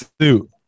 suit